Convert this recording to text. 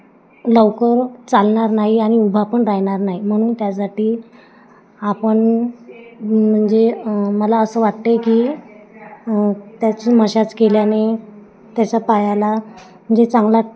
लवकर चालणार नाही आणि उभा पण राहणार नाही म्हणून त्यासाठी आपण म्हणजे मला असं वाटते की त्याची मशाज केल्याने त्याचा पायाला म्हणजे चांगला